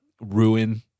ruin